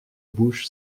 bouche